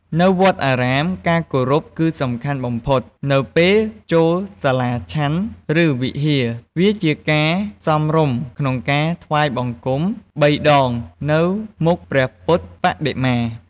នៅវត្តអារាម ការគោរពគឺសំខាន់បំផុត នៅពេលចូលសាលាឆាន់ ឬ វិហារ វាជាការសមរម្យក្នុងការ ថ្វាយបង្គំ បីដងនៅមុខព្រះពុទ្ធបដិមា។